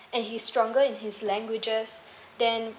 and he stronger in his languages then